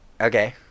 Okay